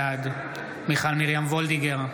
בעד מיכל מרים וולדיגר,